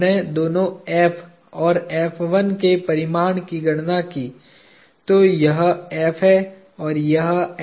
हमने दोनों और के परिमाण की गणना की तो यह है और यह है